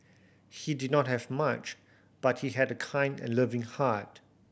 he did not have much but he had a kind and loving heart